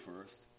first